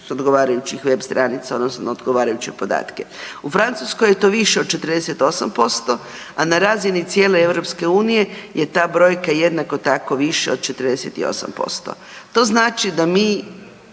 odgovarajućih web stranica, odnosno odgovarajuće podatke. U Francuskoj je to više od 48%, a na razini cijele EU je ta brojka jednako tako viša od 48%. To znači da mi